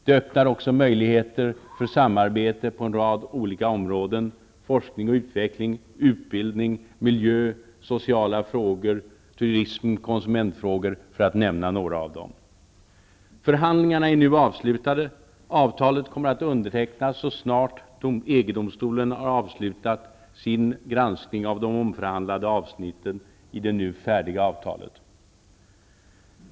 Det öppnar också möjligheter för samarbete på en rad olika områden, t.ex. när det gäller forskning och utveckling, utbildning, miljö, sociala frågor, turism och konsumentfrågor, för att nämna några av dem. Förhandlingarna är nu avslutade. Och avtalet kommer att undertecknas så snart EG-domstolen har avslutat sin granskning av de omförhandlade avsnitten i det nu färdiga avtalet.